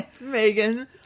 Megan